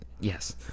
Yes